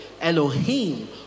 Elohim